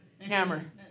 hammer